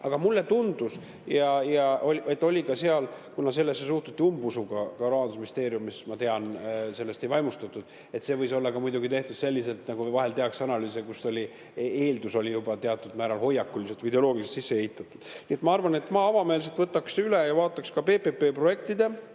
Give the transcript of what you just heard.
Aga mulle tundus, et sellesse suhtute umbusuga. Ka Rahandusministeeriumis, ma tean, sellest ei vaimustutud. See võis ka olla muidugi tehtud selliselt, nagu vahel tehakse analüüse, kus eeldus oli juba teatud määral hoiakuliselt või ideoloogiliselt sisse ehitatud. Nii et ma arvan, et ma avameelselt võtaks üle ja vaataks ka PPP-projektide